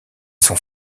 sont